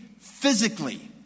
physically